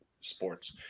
sports